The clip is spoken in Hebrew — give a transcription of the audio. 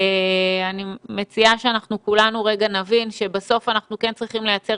אני מציעה שכולנו רגע נבין שבסוף אנחנו כן צריכים לייצר